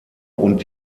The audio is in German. und